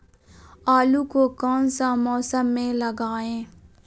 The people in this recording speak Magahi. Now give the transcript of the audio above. आलू को कौन सा मौसम में लगाए?